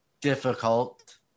difficult